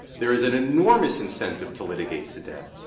there is an enormous incentive to litigate to death.